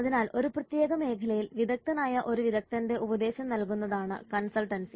അതിനാൽ ഒരു പ്രത്യേക മേഖലയിൽ വിദഗ്ദ്ധനായ ഒരു വിദഗ്ദ്ധന്റെ ഉപദേശം നൽകുന്നതാണ് കൺസൾട്ടൻസി